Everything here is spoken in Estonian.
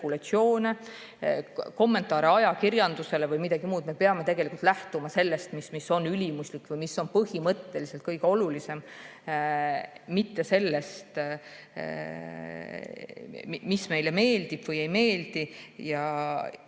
kommentaare ajakirjandusele või midagi muud, sellest, mis on ülimuslik või mis on põhimõtteliselt kõige olulisem, mitte sellest, mis meile meeldib või ei meeldi,